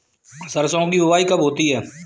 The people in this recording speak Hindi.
सरसों की बुआई कब होती है?